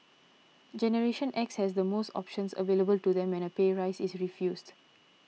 generation X has the most options available to them when a pay rise is refused